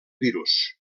virus